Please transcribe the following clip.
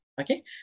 Okay